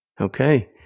Okay